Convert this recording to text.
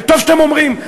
וטוב שאתם אומרים,